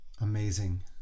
Amazing